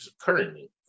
currently